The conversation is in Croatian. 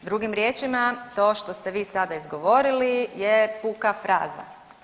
Drugim riječima, to što ste vi sada izgovorili je puka fraza.